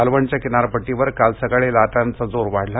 मालवणच्या किनारपट्टीवर काल सकाळी लाटांचा जोर वाढला